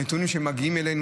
הנתונים שמגיעים אלינו,